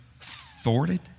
thwarted